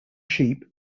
sheep